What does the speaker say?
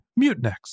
Mutinex